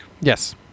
Yes